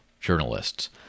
journalists